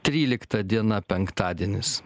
trylikta diena penktadienis